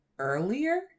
earlier